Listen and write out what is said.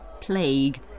plague